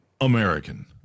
American